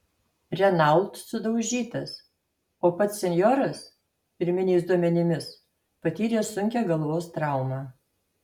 renault sudaužytas o pats senjoras pirminiais duomenimis patyrė sunkią galvos traumą